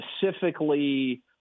specifically –